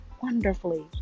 wonderfully